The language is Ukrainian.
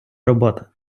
робота